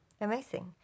Amazing